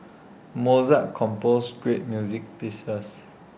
Mozart composed great music pieces